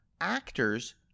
actors